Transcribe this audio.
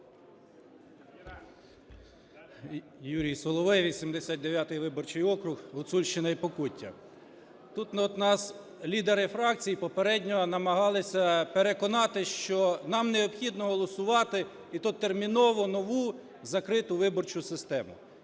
Юрій Соловей, 89 виборчий округ, Гуцульщина і Покуття. Тут нас лідери фракцій попередньо намагалися переконати, що нам необхідно голосувати, і тут терміново, нову закриту виборчу систему.